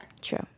true